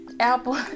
apple